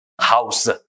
House